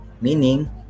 meaning